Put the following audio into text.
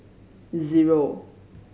zero